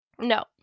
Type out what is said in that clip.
No